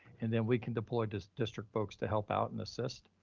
and then we can deploy this district folks to help out and assist.